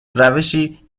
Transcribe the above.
روشی